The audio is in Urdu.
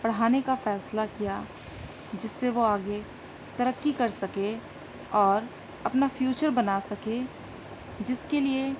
پڑھانے کا فیصلہ کیا جس سے وہ آگے ترقی کر سکے اور اپنا فیوچر بنا سکے جس کے لیے